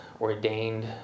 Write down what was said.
ordained